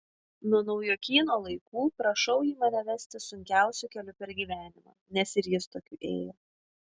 nuo naujokyno laikų prašau jį mane vesti sunkiausiu keliu per gyvenimą nes ir jis tokiu ėjo